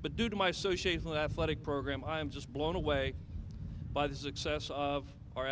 but due to my associates with athletic program i am just blown away by the success of o